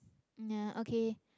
ya okay